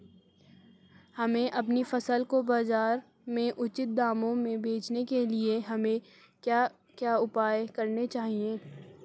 हमें अपनी फसल को बाज़ार में उचित दामों में बेचने के लिए हमें क्या क्या उपाय करने चाहिए?